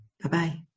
Bye-bye